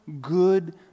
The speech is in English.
good